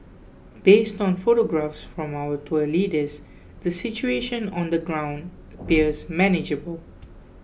based on photographs from our tour leaders the situation on the ground appears manageable